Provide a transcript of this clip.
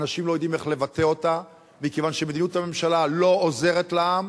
אנשים לא יודעים איך לבטא אותה מכיוון שמדיניות הממשלה לא עוזרת לעם,